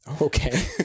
Okay